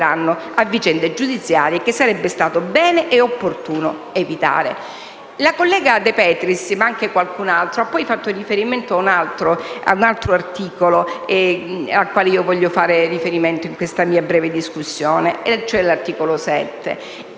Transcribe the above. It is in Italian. La collega De Petris, ma anche qualcun altro, ha poi fatto riferimento ad un altro articolo, al quale vorrei fare riferimento anch'io in questa mia breve discussione, cioè l'articolo 7.